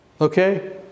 Okay